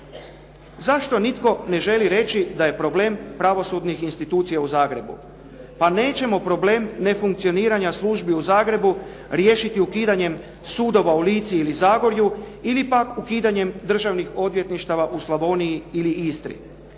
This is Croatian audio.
Zašto nitko ne želi reći da je problem pravosudnih institucija u Zagrebu? Pa nećemo problem nefunkcioniranja službi u Zagrebu riješiti ukidanje sudova u Lici ili Zagorju ili pak ukidanjem državnih odvjetništava u Slavoniji ili Istri.